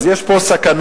אז יש פה סכנה,